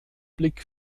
blick